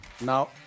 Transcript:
Now